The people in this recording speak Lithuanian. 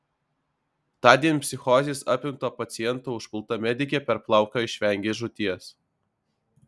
tądien psichozės apimto paciento užpulta medikė per plauką išvengė žūties